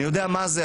אני יודע מה זה.